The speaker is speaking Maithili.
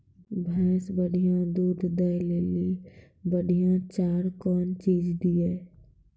भैंस बढ़िया दूध दऽ ले ली बढ़िया चार कौन चीज दिए?